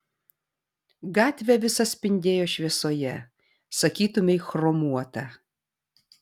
gatvė visa spindėjo šviesoje sakytumei chromuota